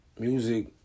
Music